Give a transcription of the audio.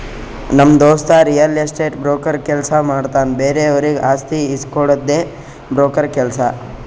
ನಮ್ ದೋಸ್ತ real estate broker ಕೆಲ್ಸ ಮಾಡ್ತಾನ್ ಬೇರೆವರಿಗ್ ಆಸ್ತಿ ಇಸ್ಕೊಡ್ಡದೆ ಬ್ರೋಕರ್ ಕೆಲ್ಸ